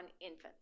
infants